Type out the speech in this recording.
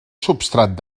substrat